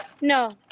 No